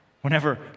whenever